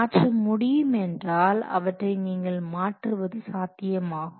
மாற்ற முடியும் என்றால் அவற்றை நீங்கள் மாற்றுவது சாத்தியமாகும்